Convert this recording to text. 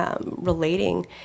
Relating